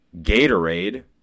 Gatorade